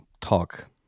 talk